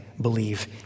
believe